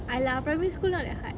ah lah primary school not that hard